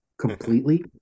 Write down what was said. completely